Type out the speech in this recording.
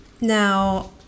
Now